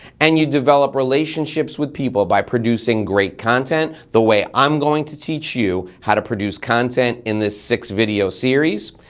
and you develop relationships with people by producing great content, the way i'm going to teach you, how to produce content in this six video series.